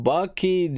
Bucky